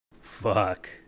fuck